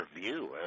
view